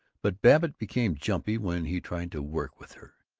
but babbitt became jumpy when he tried to work with her.